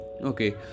Okay